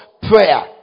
prayer